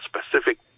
specific